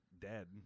dead